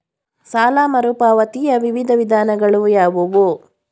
ಸಾಲ ಮರುಪಾವತಿಯ ವಿವಿಧ ವಿಧಾನಗಳು ಯಾವುವು?